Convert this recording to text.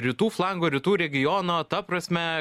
rytų flango rytų regiono ta prasme